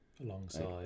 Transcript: alongside